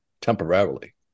temporarily